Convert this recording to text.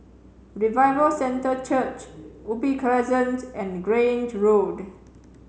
Revival Centre Church Crescent and Grange Road